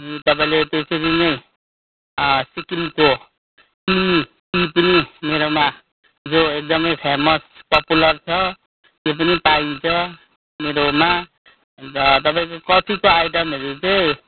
तपाईँले त्यसरी नै अँ सिक्किमको टि टि पनि मेरोमा जो एक्दमै फेमस पपुलर छ त्यो पनि पाइन्छ मेरोमा अन्त तपाईँको कफिको आइटमहरू चाहिँ